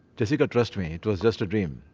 jessica, trust me. it was just a dream.